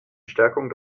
stärkung